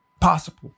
possible